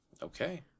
Okay